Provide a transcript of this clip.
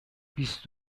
بیست